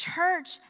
Church